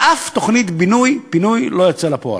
ואף תוכנית בינוי-פינוי לא יצאה אל הפועל.